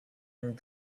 and